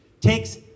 takes